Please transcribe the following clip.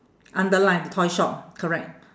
underline toy shop correct